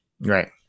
right